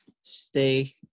Stay